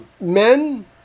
Men